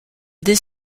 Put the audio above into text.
this